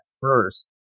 first